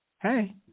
Hey